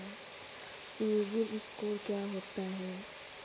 CIBIL score क्या होता है?